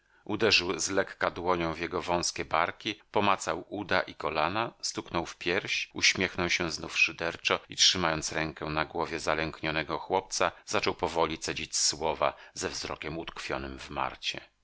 uderzył zlekka dłonią w jego wąskie barki pomacał uda i kolana stuknął w pierś uśmiechnął się znów szyderczo i trzymając rękę na głowie zalęknionego chłopca zaczął powoli cedzić słowa ze wzrokiem